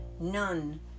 none